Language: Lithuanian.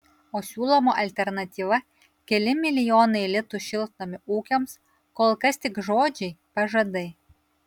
o siūloma alternatyva keli milijonai litų šiltnamių ūkiams kol kas tik žodžiai pažadai